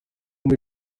umwe